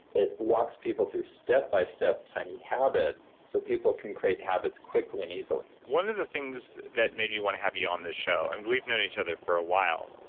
it walks people through step-by-step tiny habits so people can create habits quickly and easily one of the things that made me want to have you on this show, and we've known each other for a while,